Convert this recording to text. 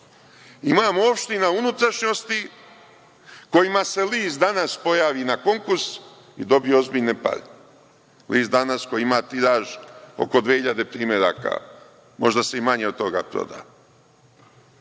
Imamo opština u unutrašnjosti kojima se list „Danas“ pojavi na konkurs i dobije ozbiljne pare. List „Danas“ koji ima tiraž oko 2000 primeraka, možda se i manje od toga proda.